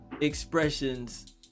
expressions